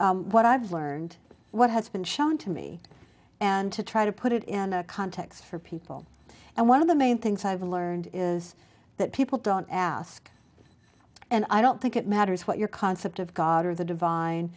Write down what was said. what i've learned what has been shown to me and to try to put it in a context for people and one of the main things i've learned is that people don't ask and i don't think it matters what your concept of god or the divine